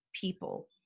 people